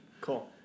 Cool